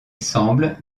semble